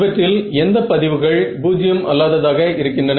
இவற்றில் எந்த பதிவுகள் பூஜ்ஜியம் அல்லாததாக இருக்கின்றன